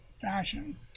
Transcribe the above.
fashion